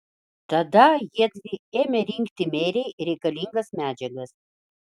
tada jiedvi ėmė rinkti merei reikalingas medžiagas